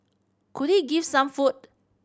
could he give some food